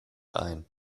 ein